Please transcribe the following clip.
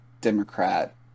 Democrat